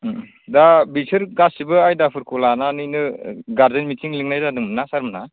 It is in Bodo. दा बिसोर गासैबो आयदाफोरखौ लानानैनो गारजेन मिटिं लिंनाय जादोंमोन ना सारमोनहा